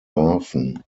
larven